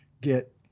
get